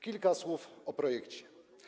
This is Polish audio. Kilka słów o projekcie.